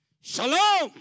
Shalom